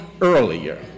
earlier